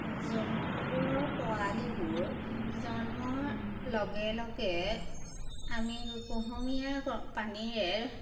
হয় জন্তুবোৰৰ পোৱালিবোৰ জন্মৰ লগে লগে আমি কুহুমীয়া গ পানীৰে